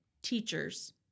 Teachers